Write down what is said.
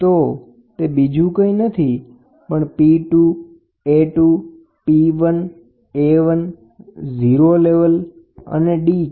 તો તે બીજું કંઈ નથી પણ P2 A 2 P 1 A 1 0 level d છે